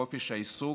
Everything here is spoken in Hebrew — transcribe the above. חופש העיסוק,